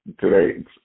today